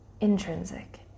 Intrinsic